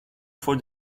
for